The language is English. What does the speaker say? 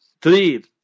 Three